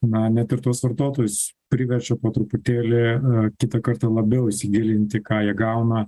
na net ir tuos vartotojus priverčia po truputėlį kitą kartą labiau įsigilinti ką jie gauna